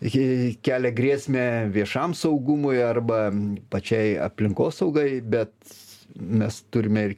ji kelia grėsmę viešam saugumui arba pačiai aplinkosaugai bet mes turime ir